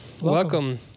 welcome